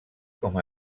com